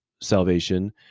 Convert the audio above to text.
salvation